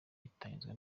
itangizwa